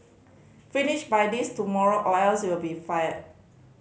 finish by this tomorrow or else you'll be fired